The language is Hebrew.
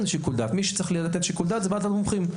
מי שצריך לתת שיקול דעת זה ועדת המומחים.